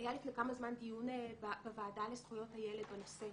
שהיה לפני כמה זמן דיון בוועדה לזכויות הילד בנושא,